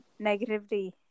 negativity